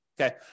Okay